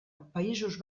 països